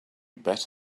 bet